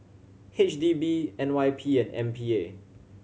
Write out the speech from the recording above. H D B N Y P and M P A